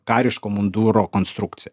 kariško munduro konstrukcija